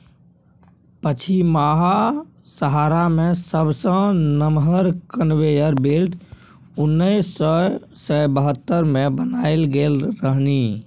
पछिमाहा सहारा मे सबसँ नमहर कन्वेयर बेल्ट उन्नैस सय बहत्तर मे बनाएल गेल रहनि